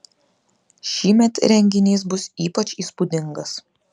šįmet renginys bus ypač įspūdingas